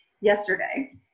yesterday